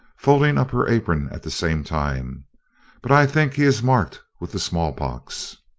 folding up her apron at the same time but i think he is marked with the small pox.